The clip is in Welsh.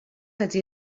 ydy